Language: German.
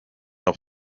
auf